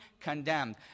condemned